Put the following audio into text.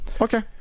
Okay